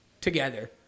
together